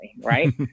Right